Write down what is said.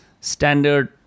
standard